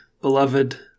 beloved